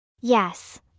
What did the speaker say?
Yes